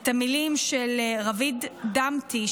את המילים של רביד דמתי,